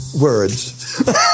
words